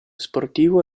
sportivo